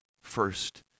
first